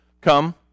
come